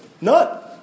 None